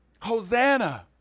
Hosanna